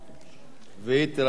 והוא יירשם בספר החוקים.